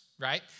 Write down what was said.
right